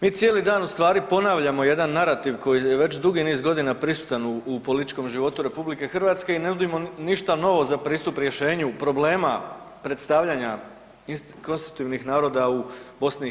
Mi cijeli dan ustvari ponavljamo jedan narativ koji je već drugi niz godina prisutan u političkom životu RH i ne nudimo ništa novo za pristup rješenju problema predstavljanja konstitutivnih naroda u BiH.